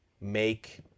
make